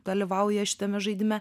dalyvauja šitame žaidime